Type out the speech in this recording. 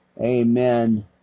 Amen